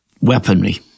weaponry